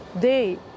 day